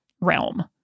realm